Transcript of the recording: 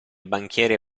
banchiere